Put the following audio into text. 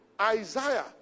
Isaiah